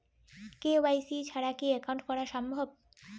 KYC ছাড়া কি account করা সম্ভব?